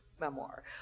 memoir